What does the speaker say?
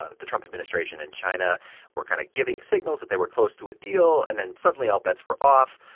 ah the trump administration and china were kind of giving signals that they were close to a deal. and then suddenly all bets were off.